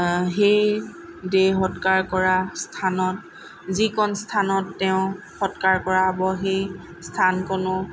সেই দেহ সৎকাৰ কৰা স্থানত যিকণ স্থানত তেওঁক সৎকাৰ কৰা হ'ব সেই স্থানকণো